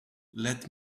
let